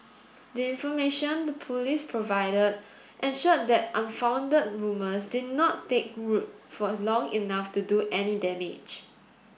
the information the Police provided ensured that unfounded rumours did not take root for long enough to do any damage